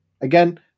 Again